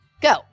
go